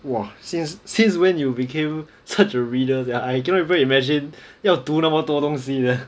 !wah! since since when you became such a reader sia I cannot even imagine 要读那么多东西 leh